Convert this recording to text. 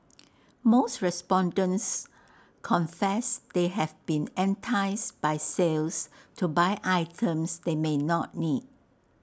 most respondents confess they have been enticed by sales to buy items they may not need